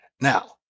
Now